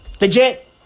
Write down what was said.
Legit